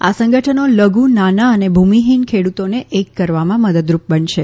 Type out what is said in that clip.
આ સંગઠનો લધુ નાના અને ભુમિફીન ખેડુતોને એક કરવામાં મદદરૂપ બનશે